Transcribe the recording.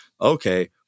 Okay